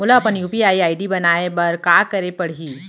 मोला अपन UPI ID बनाए बर का करे पड़ही?